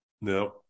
no